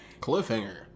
Cliffhanger